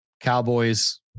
Cowboys